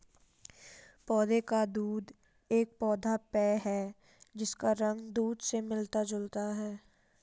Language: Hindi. पौधे का दूध एक पौधा पेय है जिसका रंग दूध से मिलता जुलता है